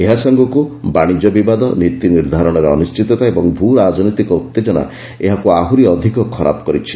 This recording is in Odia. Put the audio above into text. ଏହା ସାଙ୍ଗକୁ ବାଶିଜ୍ୟ ବିବାଦ ନୀତି ନିର୍ଦ୍ଧାରଣରେ ଅନିର୍ଣ୍ଣିତା ଓ ଭ୍ର ରାଜନୈତିକ ଉତ୍ତେଜନା ଏହାକୁ ଆହୁରି ଅଧିକ ଖରାପ କରିଛି